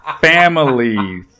family